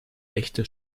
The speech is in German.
echte